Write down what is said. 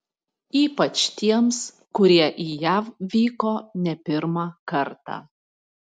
ypač tiems kurie į jav vyko ne pirmą kartą